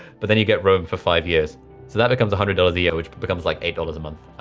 but then you get roam for five years. so that becomes a hundred dollars a year, which but becomes like eight dollars a month.